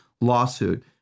lawsuit